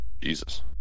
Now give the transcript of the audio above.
Jesus